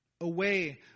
away